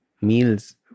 meals